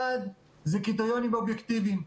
אחד זה קריטריונים אובייקטיביים.